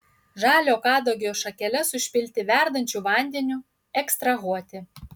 žalio kadagio šakeles užpilti verdančiu vandeniu ekstrahuoti